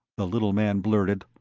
the little man blurted,